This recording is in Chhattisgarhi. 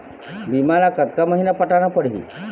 बीमा ला कतका महीना पटाना पड़ही?